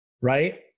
right